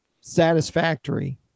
satisfactory